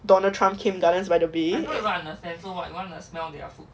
donald trump came gardens by the bay